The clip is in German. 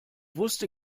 wusste